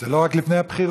זה לא רק לפני הבחירות.